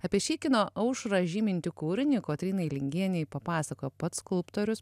apie šį kino aušrą žymintį kūrinį kotrynai lingienei papasakojo pats skulptorius